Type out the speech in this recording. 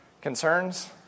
Concerns